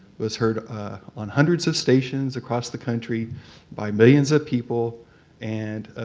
was heard on hundreds of stations across the country by millions of people and